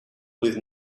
with